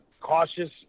cautious